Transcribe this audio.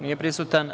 Nije prisutan.